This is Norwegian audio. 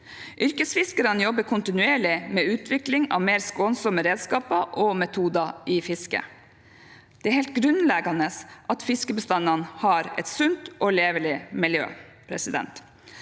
Yrkesfiskerne jobber kontinuerlig med utvikling av mer skånsomme redskaper og metoder i fisket. Det er helt grunnleggende at fiskebestandene har et sunt og levelig miljø. Yrkesfiskerne